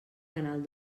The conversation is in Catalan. canal